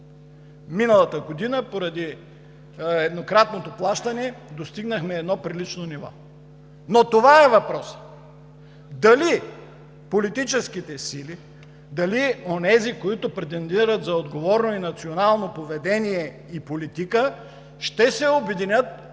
миналата година, поради еднократното плащане, достигнахме едно прилично ниво. Но това е въпросът – дали политическите сили, дали онези, които претендират за отговорно и национално поведение и политика, ще се обединят около